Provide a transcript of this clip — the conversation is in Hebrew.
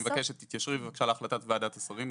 אני מבקש שתתיישרי בבקשה להחלטת ועדת השרים.